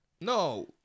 No